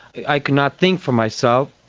i could not think for myself,